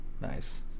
Nice